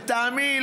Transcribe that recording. לטעמי,